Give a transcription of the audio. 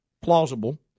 plausible